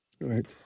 right